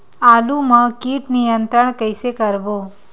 आलू मा कीट नियंत्रण कइसे करबो?